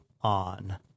on